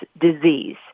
disease